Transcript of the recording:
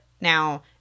Now